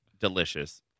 delicious